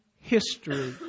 history